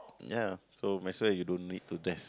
ya so might as well you don't need to dress